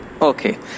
okay